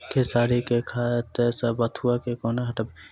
खेसारी केँ खेत सऽ बथुआ केँ कोना हटाबी